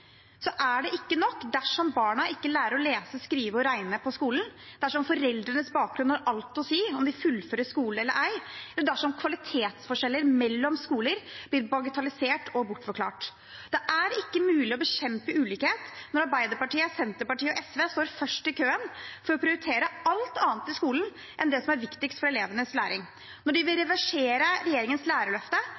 ikke nok dersom barna ikke lærer å lese, skrive og regne på skolen, dersom foreldrenes bakgrunn har alt å si for om de fullfører skolen eller ei, og dersom kvalitetsforskjeller mellom skoler blir bagatellisert og bortforklart. Det er ikke mulig å bekjempe ulikhet når Arbeiderpartiet, Senterpartiet og SV står først i køen for å prioritere alt annet i skolen enn det som er viktigst for elevenes læring når de vil reversere regjeringens Lærerløftet